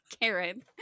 Karen